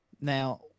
Now